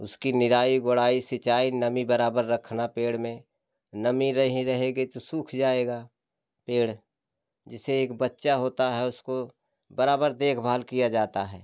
उसकी निराई गुणाई सींचाई नमी बराबर रखना पेड़ में नमी नहीं रहेगी तो सुख जाएगा पेड़ जिसे एक बच्चा होता है उसको बराबर देखभाल किया जाता है